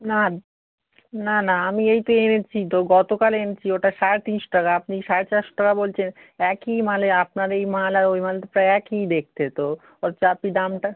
না না না আমি এই তো এনেছি তো গতকাল এনেছি ওটা সাড়ে তিনশো টাকা আপনি সাড়ে চারশো টাকা বলছেন একই মালে আপনার এই মাল আর ওই মাল তো প্রায় একই দেখতে তো অথচ আপনি দামটা